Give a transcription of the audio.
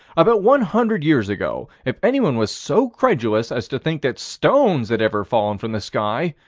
about one hundred years ago, if anyone was so credulous as to think that stones had ever fallen from the sky,